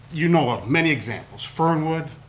you know of many examples, fernwood,